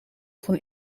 van